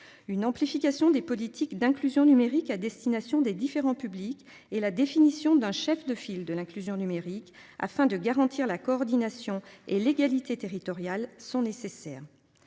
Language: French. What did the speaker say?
une amplification des politiques d'inclusion numérique à destination des différents publics et la définition d'un chef de file de l'inclusion numérique afin de garantir la coordination et l'égalité territoriale sont nécessaires.